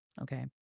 okay